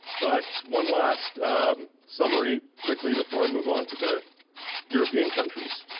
but one last summary quickly before i move on to the european countries.